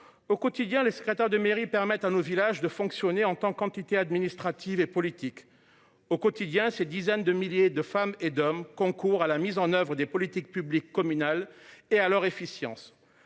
au quotidien les secrétaires de mairie permettent à nos villages de fonctionner en tant qu'entité administrative et politique au quotidien, ces dizaines de milliers de femmes et d'hommes concours à la mise en oeuvre des politiques publiques communales et à leur efficience,